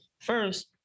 First